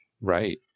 Right